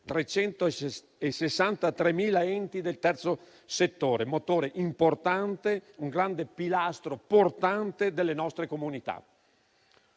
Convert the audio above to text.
363.000 enti del terzo settore, che è un motore importante e un grande pilastro portante delle nostre comunità.